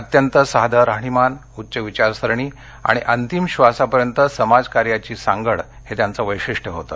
अत्यंत साधं राहणीमान उच्च विचारसरणी आणि अंतिम श्वासापर्यंत समाजकार्याची सांगड हे त्यांचं वैशिष्ट्य होतं